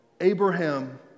Abraham